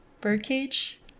Birdcage